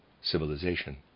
civilization